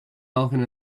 elephant